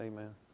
Amen